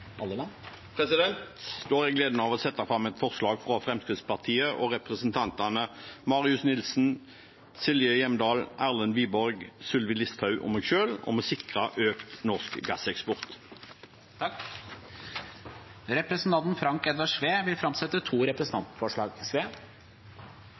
har gleden av å framsette et forslag fra Fremskrittsparti-representantene Marius Arion Nilsen, Silje Hjemdal, Erlend Wiborg, Sylvi Listhaug og meg selv om å sikre økt norsk gasseksport. Representanten Frank Edvard Sve vil framsette to